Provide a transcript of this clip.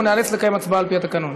אנחנו ניאלץ לקיים הצבעה על-פי התקנון.